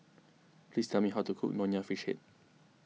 please tell me how to cook Nonya Fish Head